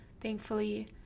thankfully